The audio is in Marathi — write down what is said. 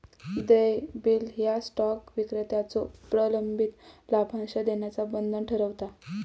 देय बिल ह्या स्टॉक विक्रेत्याचो प्रलंबित लाभांश देण्याचा बंधन ठरवता